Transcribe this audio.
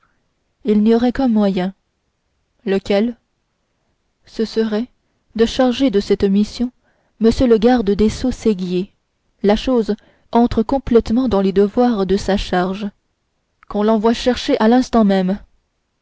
il n'y aurait qu'un moyen lequel ce serait de charger de cette mission m le garde des sceaux séguier la chose rentre complètement dans les devoirs de sa charge qu'on l'envoie chercher à l'instant même